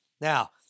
Now